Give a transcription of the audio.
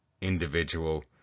individual